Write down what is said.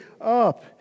up